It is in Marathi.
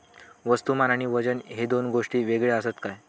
वस्तुमान आणि वजन हे दोन गोष्टी वेगळे आसत काय?